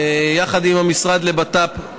יחד עם המשרד לביטחון הפנים,